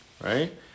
right